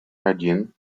один